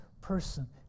person